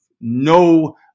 no